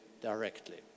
directly